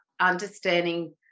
understanding